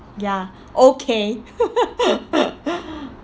ya okay